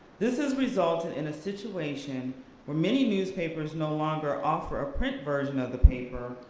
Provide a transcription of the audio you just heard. this has resulted in a situation where many newspapers no longer offer a print version of the paper,